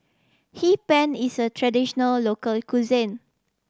Hee Pan is a traditional local cuisine